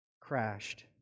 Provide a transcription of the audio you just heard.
crashed